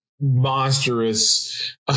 monstrous